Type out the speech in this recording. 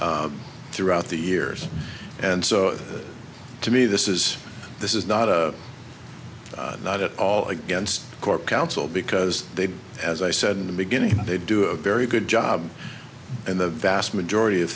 throughout the years and so to me this is this is not a not at all against core council because they as i said in the beginning they do a very good job in the vast majority of